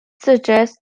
suggests